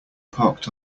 parked